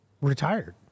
retired